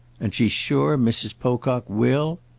and she's sure mrs. pocock will?